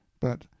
But—